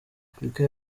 afurika